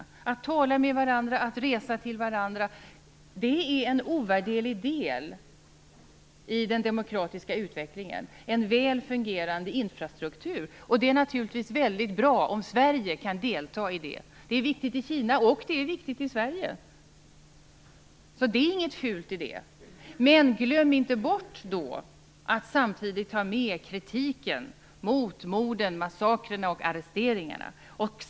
Det handlar om att tala med varandra och resa till varandra. En väl fungerande infrastruktur är en ovärderlig del i den demokratiska utvecklingen. Det är naturligtvis väldigt bra om Sverige kan delta i det arbetet. Det är viktigt i Kina och det är viktigt i Sverige. Det är inget fult i det. Men glöm då inte bort att samtidigt ta med kritiken mot morden, massakrerna och arresteringarna!